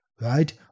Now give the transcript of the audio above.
right